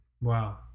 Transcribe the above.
Wow